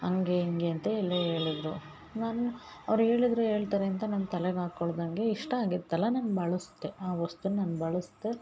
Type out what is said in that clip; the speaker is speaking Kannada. ಹಂಗೇ ಹಿಂಗೆ ಅಂತೆ ಎಲ್ಲ ಹೇಳದ್ರು ನನ್ನ ಅವ್ರು ಹೇಳಿದ್ರೆ ಹೇಳ್ತಾರೆ ಅಂತ ನಾನು ತಲೆಗೆ ಹಾಕೊಳ್ದಂಗೆ ಇಷ್ಟ ಆಗಿತ್ತಲ್ಲ ನಾನು ಬಳಸ್ದೇ ಆ ವಸ್ತುನ್ ನಾನು ಬಳಸ್ದೇ